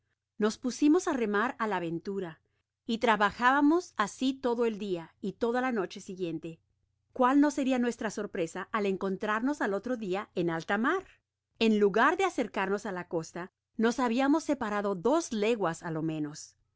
nos pusimos á remar á la aventura y trabajamos asi todo el dia y toda la noche siguiente cuál no seria nuestra sorpresa al encontrarnos al otro dia en alta mar en lugar de acercarnos á la costa nos habiamos separado dos leguas á lo menos sin